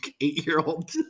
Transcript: eight-year-old